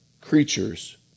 creatures